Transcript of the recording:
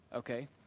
Okay